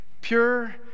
Pure